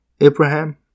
Abraham